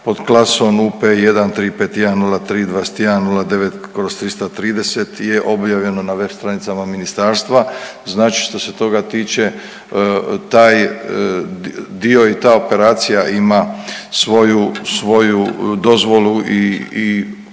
pod klasom UP-1351032109/330 je objavljeno na web stranicama ministarstva. Znači što se toga tiče taj dio i ta operacija ima svoju dozvolu i može